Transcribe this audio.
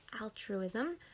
altruism